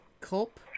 Culp